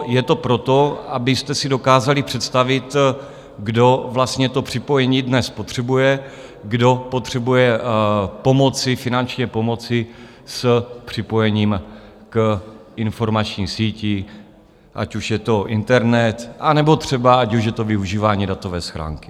Je to proto, abyste si dokázali představit, kdo vlastně to připojení dnes potřebuje, kdo potřebuje finančně pomoci s připojením k informační síti, ať už je to internet, anebo třeba ať už je to využívání datové schránky.